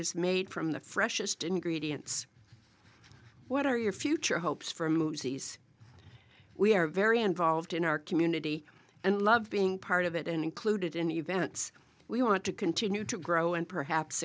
is made from the freshest ingredients what are your future hopes for movies we are very involved in our community and love being part of it and included in events we want to continue to grow and perhaps